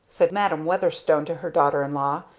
said madam weatherstone to her daughter-in-law,